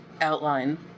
outline